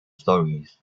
stories